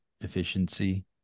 efficiency